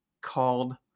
called